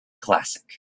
classic